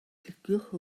cliciwch